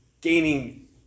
gaining